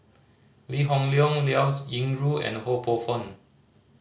Lee Hoon Leong Liao Yingru and Ho Poh Fun